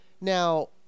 Now